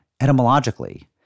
etymologically